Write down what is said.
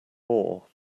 more